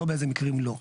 לא באיזה מקרים הוא לא .